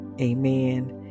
amen